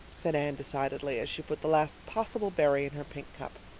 said anne decidedly, as she put the last possible berry in her pink cup.